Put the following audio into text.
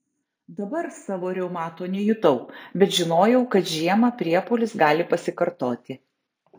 dabar savo reumato nejutau bet žinojau kad žiemą priepuolis gali pasikartoti